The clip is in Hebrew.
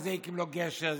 זה הקים לו גשר,